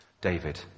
David